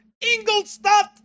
Ingolstadt